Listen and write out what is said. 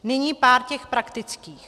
Nyní pár těch praktických.